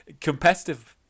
competitive